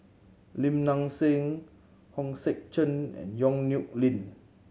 Lim Nang Seng Hong Sek Chern and Yong Nyuk Lin